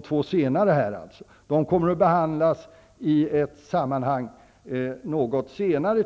två senare förslagen kommer att behandlas i ett sammanhang något senare.